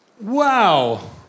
Wow